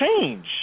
change